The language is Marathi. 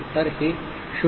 तर हे 0 आहे